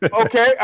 Okay